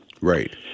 Right